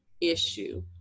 issue